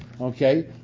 Okay